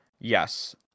Yes